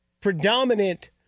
predominant